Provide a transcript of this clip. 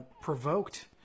provoked